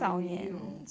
有没有